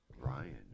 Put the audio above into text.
Ryan